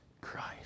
Christ